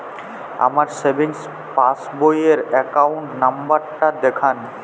আমার সেভিংস পাসবই র অ্যাকাউন্ট নাম্বার টা দেখান?